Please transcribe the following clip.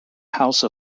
house